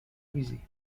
busy